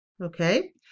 Okay